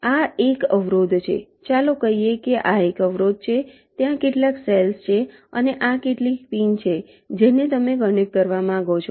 આ એક અવરોધ છે ચાલો કહીએ કે આ એક અવરોધ છે ત્યાં કેટલાક સેલ્સ છે અને આ કેટલીક પિન છે જેને તમે કનેક્ટ કરવા માંગો છો